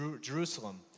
Jerusalem